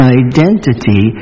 identity